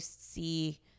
see